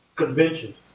convention.